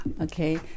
Okay